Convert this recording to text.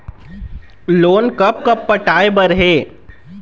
Loan कब कब पटाए बर हे?